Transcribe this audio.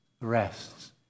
rests